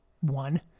one